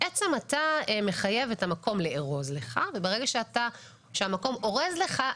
בעצם אתה מחייב את המקום לארוז לך וברגע שהמקום אורז לך,